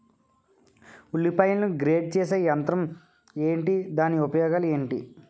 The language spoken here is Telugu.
ఉల్లిపాయలను గ్రేడ్ చేసే యంత్రం ఏంటి? దాని ఉపయోగాలు ఏంటి?